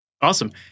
Awesome